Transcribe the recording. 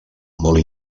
molt